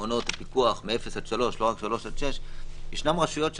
להתייחס לעניין שעלה בעניין זכויות של